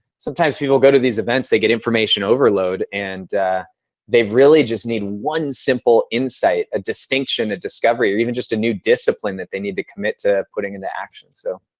sometimes, if you go to these events, they get information overload. and they've really just need one simple insight, a distinction or discovery or even just a new discipline that they need to commit to putting into action. so